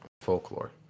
folklore